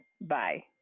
Bye